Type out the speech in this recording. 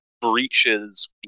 breaches